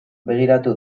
begiratu